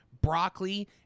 broccoli